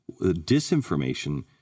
Disinformation